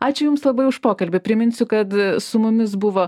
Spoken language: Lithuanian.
ačiū jums labai už pokalbį priminsiu kad su mumis buvo